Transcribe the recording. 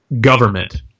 government